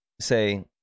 say